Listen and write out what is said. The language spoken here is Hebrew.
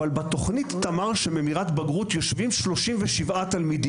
אבל בתוכנית תמ"ר שהיא ממירת בגרות יושבים 37 תלמידים.